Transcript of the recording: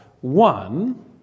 one